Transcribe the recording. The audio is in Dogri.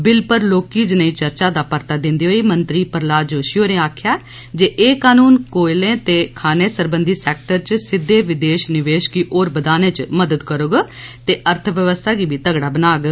बिल पर लौहकी ज्नेई चर्चा दा परता दिंदे होई मंत्री प्रहलाद जोशी होरे आखेआ जे एह् कानून कोऽले ते खान्ने सरबंधी सैक्टर च सिद्दे विदेश निवेश गी होर बधाने च मदाद करोग ते अर्थबवस्था गी बी तगड़ा बनाग